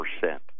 percent